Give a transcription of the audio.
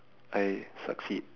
I succeed